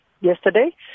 yesterday